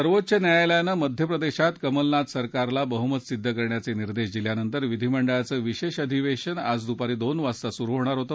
सर्वोच्च न्यायालयानं मध्यप्रदेशात कमलनाथ सरकारला बह्मत सिद्ध करण्याचे निर्देश दिल्यानंतर विधीमंडळाचं विशेष अधिवेशन आज दुपारी दोन वाजता सुरु होणार होतं